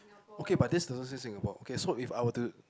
okay but this doesn't say Singapore okay so if I were to